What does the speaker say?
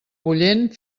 bullent